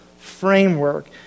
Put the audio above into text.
framework